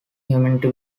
humanity